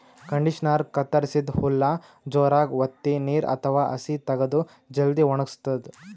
ಕಂಡಿಷನರಾ ಕತ್ತರಸಿದ್ದ್ ಹುಲ್ಲ್ ಜೋರಾಗ್ ವತ್ತಿ ನೀರ್ ಅಥವಾ ಹಸಿ ತಗದು ಜಲ್ದಿ ವಣಗಸ್ತದ್